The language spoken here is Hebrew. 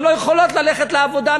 הן גם לא יכולות ללכת לעבודה,